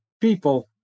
people